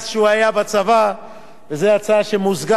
זאת הצעה שמוזגה להצעת החוק הפרטית שלי.